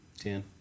Ten